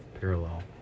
parallel